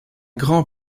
grand